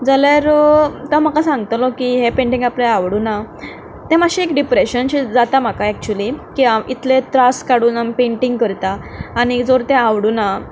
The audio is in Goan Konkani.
जाल्यार तो म्हाका सांगतलो की हें पेंटींग आपणाक आवडुना तें मातशें एक डिप्रेशन शें जाता म्हाका एक्चुली की हांव इतलें त्रास काडून आमी पेंटींग करतां आनी जर तें आवडुना